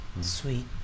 sweet